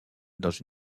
dans